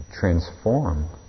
transform